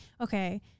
Okay